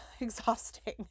exhausting